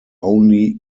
only